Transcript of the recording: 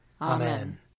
Amen